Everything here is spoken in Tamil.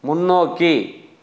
முன்னோக்கி